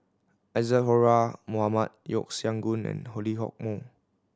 Isadhora Mohamed Yeo Siak Goon and Lee Hock Moh